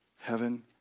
heaven